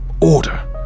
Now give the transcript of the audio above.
Order